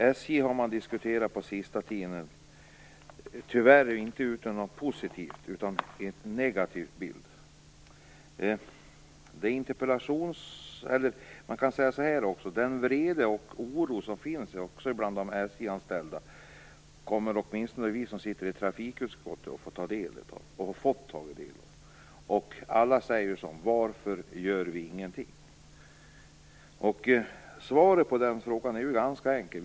Fru talman! SJ har diskuterats den senaste tiden. Det har tyvärr inte gett en positiv utan en negativ bild. Den vrede och oro som finns bland de SJ-anställda har åtminstone vi som sitter i trafikutskottet fått och kommer att få ta del av. Alla säger: Varför gör ni ingenting? Svaret på den frågan är ganska enkel.